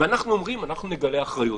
ואנחנו אומרים: אנחנו נגלה אחריות.